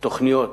תוכניות